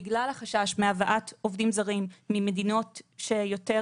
בגלל החשש מהבאת עובדים זרים ממדינות שיותר